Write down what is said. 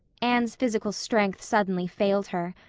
anne's physical strength suddenly failed her.